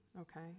okay